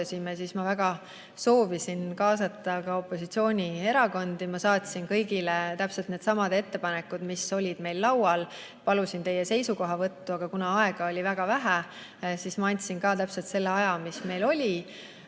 siis ma väga soovisin kaasata opositsioonierakondi. Ma saatsin kõigile needsamad ettepanekud, mis olid meil laual. Palusin teie seisukohavõttu, aga kuna aega oli väga vähe, siis ma andsin ette ka selle aja, mis meil oli.